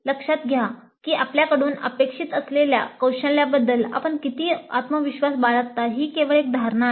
लक्षात घ्या की आपल्याकडून अपेक्षित असलेल्या कौशल्यांबद्दल आपण किती आत्मविश्वास बाळगता ही केवळ एक धारणा आहे